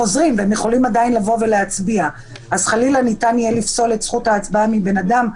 לחזור ולבוא להצביע וחלילה כך נפסול את זכות ההצבעה מהאדם.